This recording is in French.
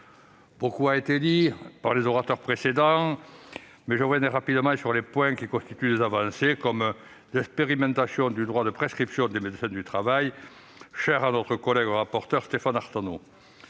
Beaucoup a déjà été dit par les orateurs précédents ; je ne reviendrai donc que brièvement sur les points de ce texte qui constituent des avancées, comme l'expérimentation du droit de prescription des médecins du travail, chère à notre collègue rapporteur Stéphane Artano.